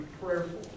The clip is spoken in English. prayerful